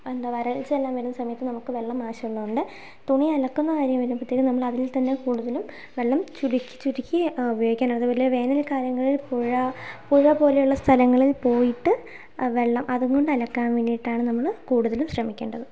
എന്താ വരൾച്ച എല്ലാം വരുന്ന സമയത്ത് നമുക്ക് വെള്ളം ആവശ്യമുള്ളതുകൊണ്ട് തുണി അലക്കുന്ന കാര്യം വരുമ്പോഴത്തേക്കും നമ്മൾ അതിൽത്തന്നെ കൂടുതലും വെള്ളം ചുരുക്കി ചുരുക്കി ഉപയോഗിക്കാൻ അതുപോലെ വേനൽ കാലങ്ങളിൽ പുഴ പുഴ പോലെയുള്ള സ്ഥലങ്ങളിൽ പോയിട്ട് വെള്ളം അതുകൊണ്ട് അലക്കാൻ വേണ്ടിയിട്ടാണ് നമ്മൾ കൂടുതലും ശ്രമിക്കേണ്ടത്